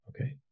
Okay